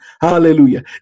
Hallelujah